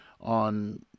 on